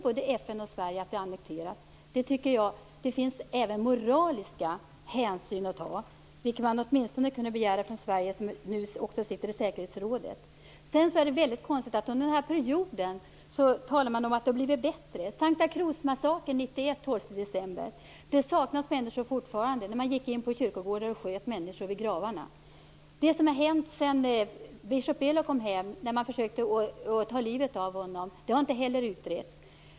Både FN och Sverige säger att det är en annektering. Här finns även moraliska hänsyn att ta, vilket man åtminstone kunde begära att Sverige hade gjort som nu sitter i säkerhetsrådet. Sedan är det väldigt konstigt att man talar om att det har blivit bättre under den här perioden. Men fortfarande saknas människor efter Santa Cruzmassakern den 12 december 1991, då man gick in på kyrkogårdar och sköt människor vid gravarna. Det som hände när biskop Belo kom hem och man försökte ta livet av honom har inte heller utretts.